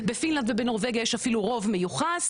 בפינלנד ובנורבגיה יש אפילו רוב מיוחס,